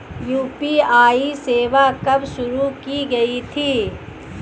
UPI सेवा कब शुरू की गई थी?